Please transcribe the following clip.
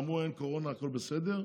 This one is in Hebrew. אמרו: אין קורונה, הכול בסדר.